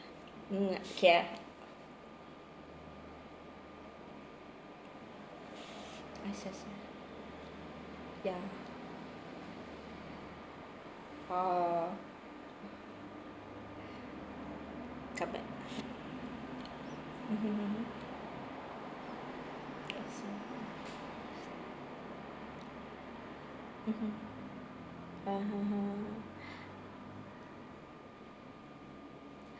mm okay I see ya !wah! come back mmhmm mm I see mmhmm uh